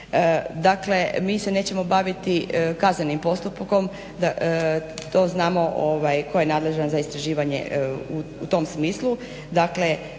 Dakle, mi se nećemo baviti kaznenim postupkom. To znamo tko je nadležan za istraživanje u tom smislu.